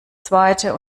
zweite